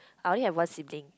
I only have one sibling